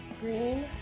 Green